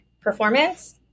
performance